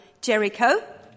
Jericho